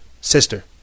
sister